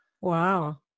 Wow